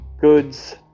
goods